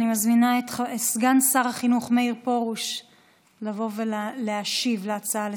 אני מזמינה את סגן שר החינוך מאיר פרוש לבוא ולהשיב על ההצעה לסדר-היום.